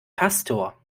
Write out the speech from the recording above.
pastor